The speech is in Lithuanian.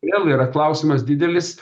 vėl yra klausimas didelis